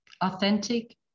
Authentic